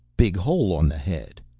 big hole on the head.